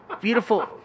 Beautiful